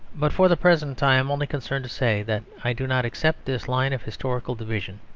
but, for the present, i am only concerned to say that i do not accept this line of historical division.